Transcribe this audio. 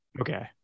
Okay